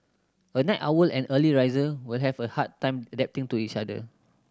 a night owl and early riser will have a hard time adapting to each other